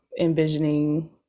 envisioning